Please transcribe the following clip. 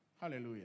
Hallelujah